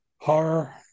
horror